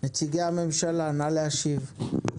נציגי הממשלה, נא להשיב.